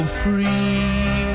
free